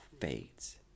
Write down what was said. fades